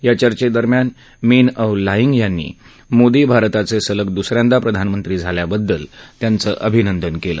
या चर्षेदरम्यान मिन औल ल्हाईग यांनी मोदी भारताचे सलग दुसऱ्यांदा प्रधानमंत्री झाल्याबद्दल त्यांचं अभिनंदन केलं